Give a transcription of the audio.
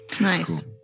Nice